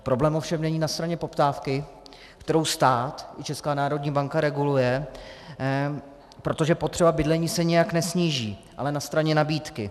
Problém ovšem není na straně poptávky, kterou stát i Česká národní banka reguluje, protože potřeba bydlení se nijak nesníží, ale na straně nabídky.